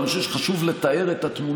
אבל אני חושב שחשוב לתאר את התמונה,